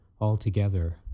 altogether